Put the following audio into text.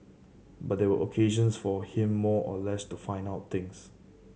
but they were occasions for him more or less to find out things